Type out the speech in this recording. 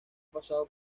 pasado